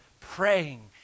praying